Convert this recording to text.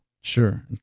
Sure